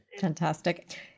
Fantastic